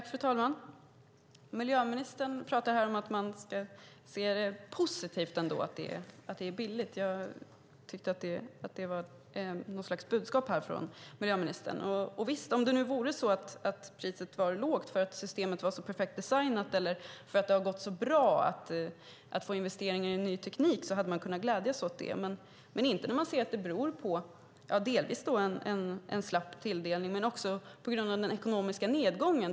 Fru talman! Miljöministern talar här om att man ska se det positivt att det är billigt. Det var något slags budskap från miljöministern. Om det nu vore så att priset var lågt för att systemet var så perfekt designat eller för att det har gått så bra att få investeringar i ny teknik hade man kunnat glädja sig åt det. Det kan man inte när man ser att det beror på delvis en slapp tilldelning men också den ekonomiska nedgången.